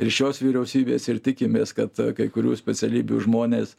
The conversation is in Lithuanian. ir šios vyriausybės ir tikimės kad kai kurių specialybių žmonės